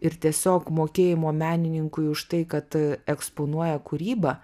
ir tiesiog mokėjimo menininkui už tai kad eksponuoja kūrybą